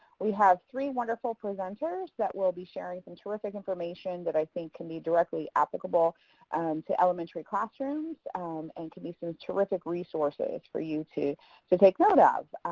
we have three wonderful presenters that will be sharing some terrific information that i think can be directly applicable to elementary classrooms and could be some terrific resources for you to to take note of.